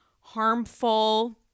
harmful